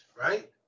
right